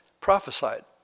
prophesied